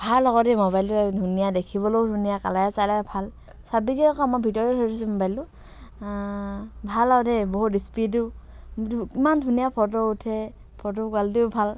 ভাল আকৌ দেই মোবাইলটো ধুনীয়া দেখিবলৈও ধুনীয়া কালাৰে চালাৰে ভাল চাবিগৈ আকৌ মই ভিতৰতে থৈ দিছোঁ মোবাইলটো ভাল আৰু দেই বহুত স্পিডো কিন্তু ইমান ধুনীয়া ফটো উঠে ফটো কুৱালিটিও ভাল